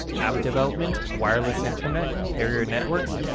app development, wireless internet, carrier networks,